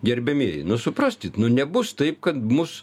gerbiamieji nu supraskit nu nebus taip kad mus